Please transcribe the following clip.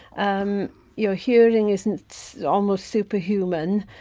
um your hearing isn't almost superhuman,